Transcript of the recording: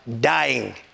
dying